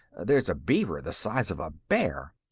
there's a beaver the size of a bear.